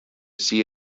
see